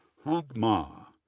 hang ma,